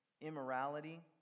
immorality